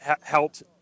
helped